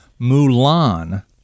mulan